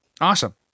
Awesome